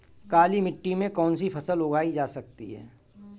काली मिट्टी में कौनसी फसल उगाई जा सकती है?